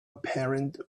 apparent